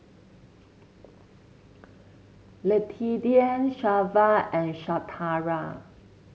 Letitia Shelva and Shatara